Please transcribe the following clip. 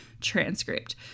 transcript